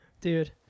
Dude